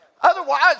Otherwise